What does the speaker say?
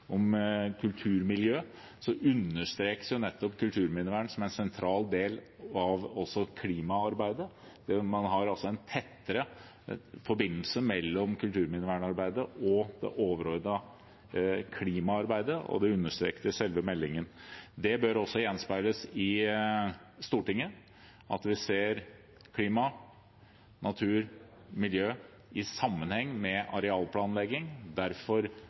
om kulturmiljø blir det jo nettopp understreket at kulturminnevern også er en sentral del av klimaarbeidet. Man har altså en tettere forbindelse mellom kulturminnevernarbeidet og det overordnede klimaarbeidet, og det understrekes i selve meldingen. Det bør også gjenspeiles i Stortinget, at vi ser klima, natur og miljø i sammenheng med arealplanlegging, og derfor